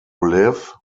live